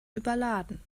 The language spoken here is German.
überladen